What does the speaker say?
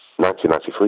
1993